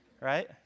Right